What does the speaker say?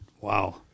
Wow